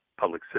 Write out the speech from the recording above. public